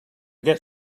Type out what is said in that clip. get